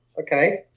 Okay